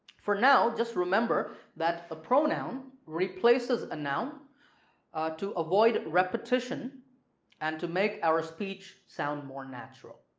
for now just remember that the pronoun replaces a noun to avoid repetition and to make our speech sound more natural.